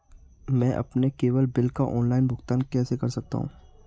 मैं अपने cable bill का ऑनलाइन भुगतान कैसे कर सकता हूं?